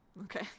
Okay